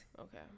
Okay